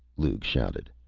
lugh shouted.